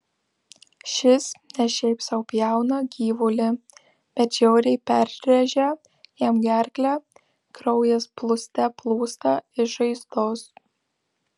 šis ne šiaip sau pjauna gyvulį bet žiauriai perrėžia jam gerklę kraujas plūste plūsta iš žaizdos